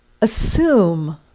assume